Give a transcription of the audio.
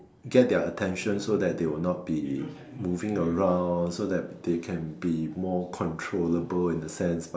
get their attention so that they will not be moving around so that they can be more controllable in the sense but